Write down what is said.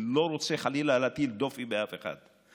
ולא רוצה חלילה להטיל דופי באף אחד,